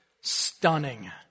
stunning